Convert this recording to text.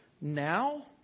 now